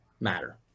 matter